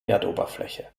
erdoberfläche